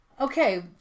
Okay